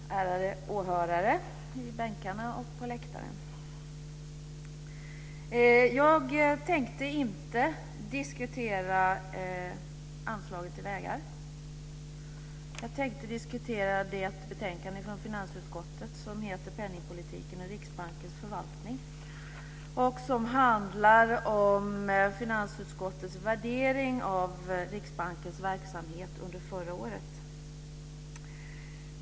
Fru talman! Ärade åhörare i bänkarna och på läktaren! Jag tänkte inte diskutera anslaget till vägar. Jag tänkte diskutera det betänkande från finansutskottet som heter Penningpolitiken och Riksbankens förvaltning 2000 och som handlar om finansutskottets värdering av Riksbankens verksamhet under förra året.